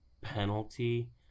penalty